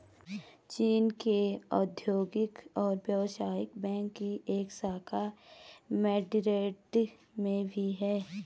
चीन के औद्योगिक और व्यवसायिक बैंक की एक शाखा मैड्रिड में भी है